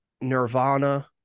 Nirvana